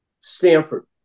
Stanford